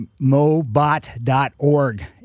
mobot.org